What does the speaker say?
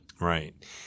Right